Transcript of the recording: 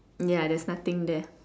ya there's nothing there